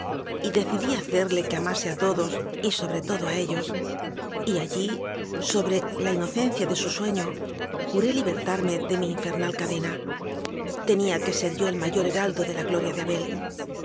alma y decidí hacerle que amase a todos y sobre todo a ellos y allí sobró la inocencia de su sueño juré libertarme de mi infernal cadena tenía que ser yo el mayor heraldo de la gloria de abel